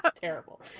terrible